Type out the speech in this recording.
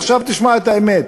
עכשיו תשמע את האמת.